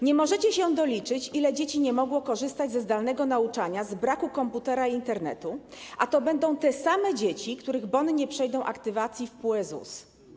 Nie możecie się doliczyć, ile dzieci nie mogło korzystać ze zdalnego nauczania z braku komputera i Internetu, a to będą te same dzieci, których bony nie przejdą aktywacji w PUE ZUS.